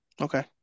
okay